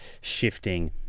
shifting